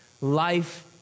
Life